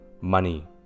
money